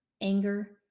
anger